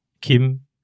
Kim